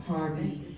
Harvey